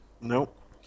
Nope